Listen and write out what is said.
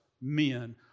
men